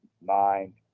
mind